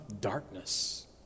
darkness